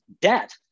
debt